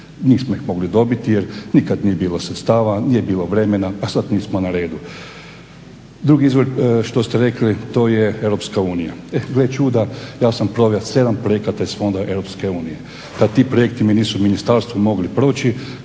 Nismo ih mogli dobiti jer nikad nije bilo sredstava, nije bilo vremena, a sad nismo na redu. Drugi izvor što ste rekli to je Europska unija. Gle čuda, ja sam proveo sedam projekata iz fondova Europske unije, kad ti projekti mi nisu u ministarstvu mogli proći